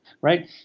right